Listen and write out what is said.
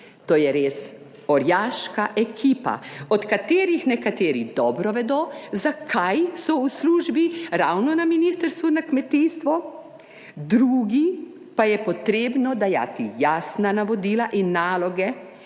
To je res orjaška ekipa, od katerih nekateri dobro vedo, zakaj so v službi ravno na Ministrstvu za kmetijstvo, drugim pa je potrebno dajati jasna navodila in naloge